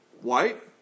White